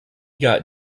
got